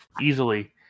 easily